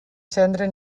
cendra